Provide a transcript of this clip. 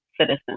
citizen